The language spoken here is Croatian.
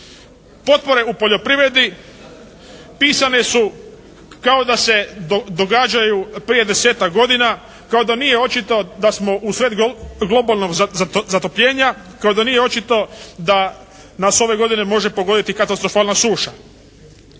Potpore u poljoprivredi pisane su kao da se događaju prije 10-tak godina, kao da nije očito da smo usred globalnog zatopljenja, kao da nije očito da nas ove godine može pogoditi katastrofalna suša.